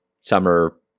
summer